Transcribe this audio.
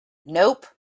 nope